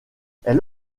elle